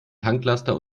tanklaster